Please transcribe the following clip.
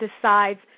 decides